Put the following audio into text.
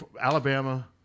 Alabama